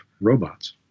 robots